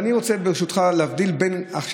היו מגיעים, והיום אין מקום.